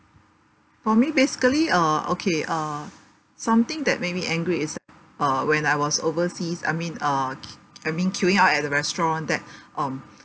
for me basically uh okay uh something that make me angry is uh when I was overseas I mean uh q~ I mean queuing up at the restaurant that um